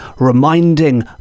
reminding